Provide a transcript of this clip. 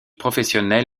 professionnel